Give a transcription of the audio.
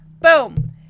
Boom